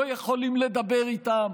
לא יכולים לדבר איתם,